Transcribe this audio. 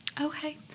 Okay